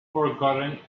forgotten